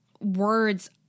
words